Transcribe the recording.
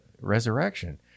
resurrection